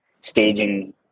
staging